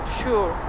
sure